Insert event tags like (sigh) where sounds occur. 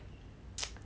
(noise)